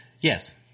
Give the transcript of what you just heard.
Yes